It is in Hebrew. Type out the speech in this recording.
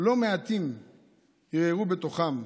לא מעטים הרהרו בתוכם: